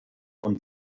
und